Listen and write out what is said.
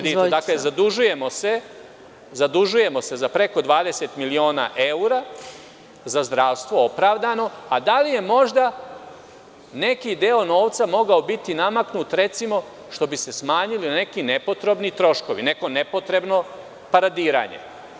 Dakle, zadužujemo se za preko 20 miliona evra, za zdravstvo, opravdano, ali da li je možda neki deo novca mogao biti namaknut, što bi se smanjili neki nepotrebni troškovi, neko nepotrebno paradiranje.